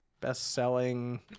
Best-selling